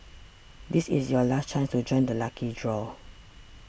this is your last chance to join the lucky draw